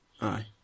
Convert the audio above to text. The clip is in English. Aye